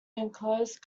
enclosed